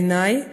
בעיניי,